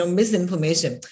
misinformation